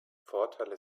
vorteile